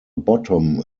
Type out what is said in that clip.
bottom